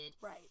Right